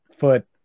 foot